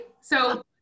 So-